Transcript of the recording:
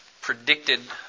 predicted